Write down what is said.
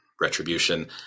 retribution